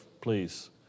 please